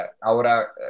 ahora